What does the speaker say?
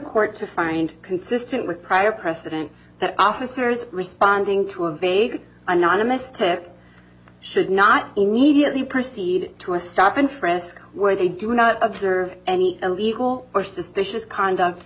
court to find consistent with prior precedent that officers responding to a vague anonymous tip should not immediately proceed to a stop and frisk where they do not observe any illegal or suspicious conduct